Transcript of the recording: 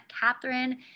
Catherine